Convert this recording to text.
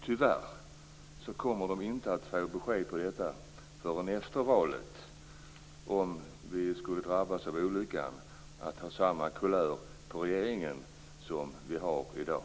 Tyvärr kommer de inte att få besked om detta förrän efter valet, om vi skulle drabbas av olyckan att få samma kulör på regeringen som vi har i dag.